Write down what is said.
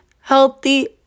healthy